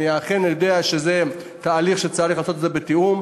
אני אכן יודע שזה תהליך שצריך לעשות אותו בתיאום,